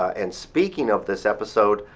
and speaking of this episode,